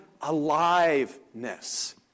aliveness